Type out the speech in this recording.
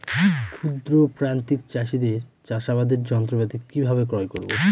ক্ষুদ্র প্রান্তিক চাষীদের চাষাবাদের যন্ত্রপাতি কিভাবে ক্রয় করব?